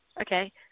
okay